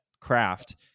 craft